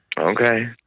Okay